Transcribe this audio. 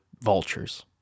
vultures